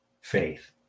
faith